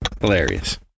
hilarious